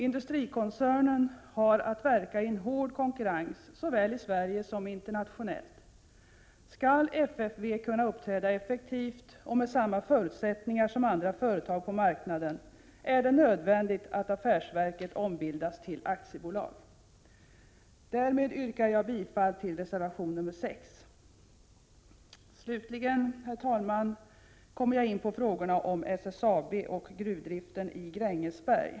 Industrikoncernen har att verka i en hård konkurrens såväl i Sverige som internationellt. Skall FFV kunna uppträda effektivt och med samma förutsättningar som andra företag på marknaden, är det nödvändigt att affärsverket ombildas till aktiebolag. Därmed yrkar jag bifall till reservation nr 6. Slutligen, herr talman, kommer jag in på wagorna om SSAB och Prot. 1987/88:47 gruvdriften i Grängesberg.